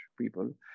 people